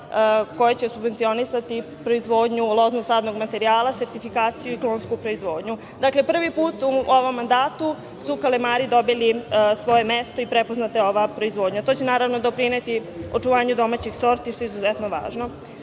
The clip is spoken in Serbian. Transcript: koja će subvencionisati proizvodnju lozno-sadnog materijala, sertifikaciju i ekonomsku proizvodnju. Dakle, prvi put u ovom mandatu su kalemari dobili svoje mesto i prepoznata je ova proizvodnja. To će naravno doprineti očuvanju domaćih sorti, što je izuzetno važno. Na